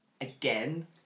again